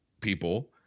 people